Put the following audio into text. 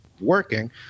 working –